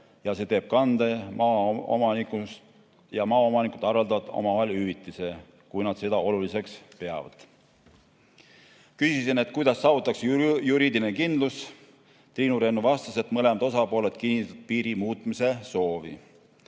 see teeb kande maaomaniku kohta ja maaomanikud lepivad omavahel kokku hüvitise, kui nad seda oluliseks peavad. Küsisin, kuidas saavutatakse juriidiline kindlus. Triinu Rennu vastas, et mõlemad osapooled kinnitavad piiri muutmise soovi.